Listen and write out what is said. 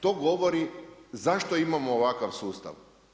To govori zašto imamo ovakav sustav.